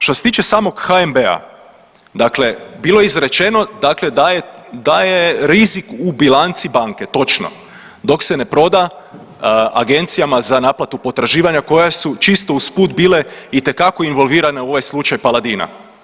Što se tiče samog HNB-a, dakle bilo je izrečeno da je rizik u bilanci banke, točno, dok se ne proda agencijama za naplatu potraživanja koje su čisto usput bile itekako involvirane u ovaj slučaj Paladina.